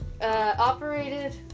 Operated